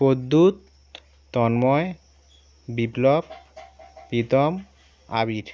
Pradyut Tanmoy Biplab Pritam Abir